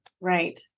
right